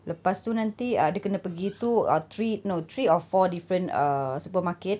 lepas tu nanti uh dia kena pergi uh two or three no three or four different err supermarket